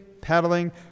paddling